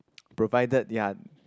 provided ya